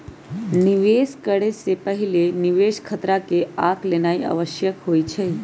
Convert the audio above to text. निवेश करे से पहिले निवेश खतरा के आँक लेनाइ आवश्यक होइ छइ